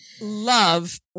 love